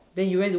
then you went to